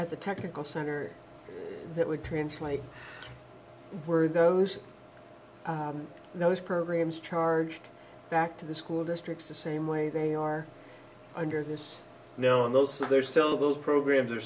as a technical center that would translate for those those programs charged back to the school districts the same way they are under this no in those there are still those programs are